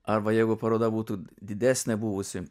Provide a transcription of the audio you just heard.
arba jeigu paroda būtų didesnė buvusi